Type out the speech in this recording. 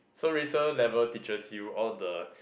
so racer level teaches you all the